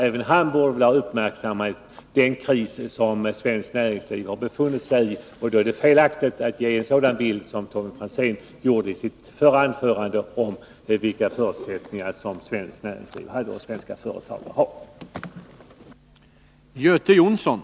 Även han borde ha uppmärksammat den kris som svenskt näringsliv befinner sig i. I sitt anförande gav Tommy Franzén en felaktig bild av vilka förutsättningar som svenska företag arbetar under.